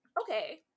okay